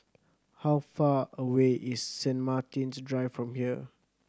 how far away is Saint Martin's Drive from here